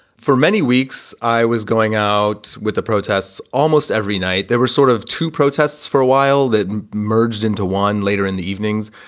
for many weeks, i was going out with the protests almost every night. there were sort of two protests for a while that merged into one later in the evenings.